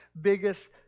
biggest